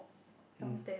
mm